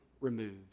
removed